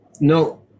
No